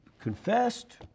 confessed